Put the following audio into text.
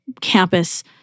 campus